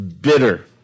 bitter